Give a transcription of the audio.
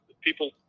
people